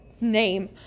name